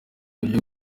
buryo